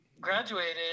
graduated